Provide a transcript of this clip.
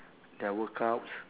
their workouts